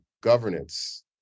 governance